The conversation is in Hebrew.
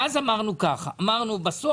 בסוף,